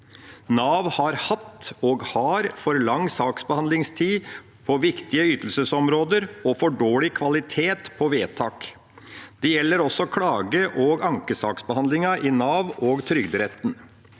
Nav har hatt – og har – for lang saksbehandlingstid på viktige ytelsesområder og for dårlig kvalitet på vedtak. Det gjelder også klage- og ankesaksbehandlingen i Nav og Trygderetten.